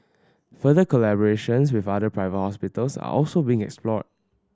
further collaborations with other private hospitals are also being explored